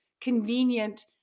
convenient